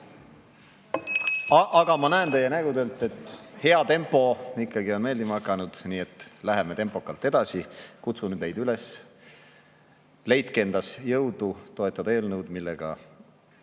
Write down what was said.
Aga ma näen teie nägudelt, et hea tempo on ikkagi meeldima hakanud, nii et läheme tempokalt edasi. Kutsun teid üles: leidke endas jõudu toetada eelnõu, millega